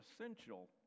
essential